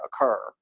occur